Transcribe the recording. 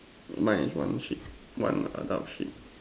mine is one sheep one adult sheep